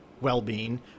well-being